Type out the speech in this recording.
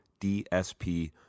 DSP